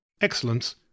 excellence